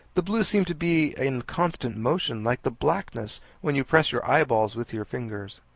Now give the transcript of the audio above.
the blue seemed to be in constant motion, like the blackness when you press your eyeballs with your fingers,